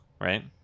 right